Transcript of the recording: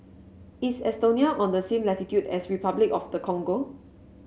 is Estonia on the same latitude as Repuclic of the Congo